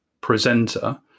presenter